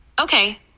Okay